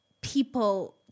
people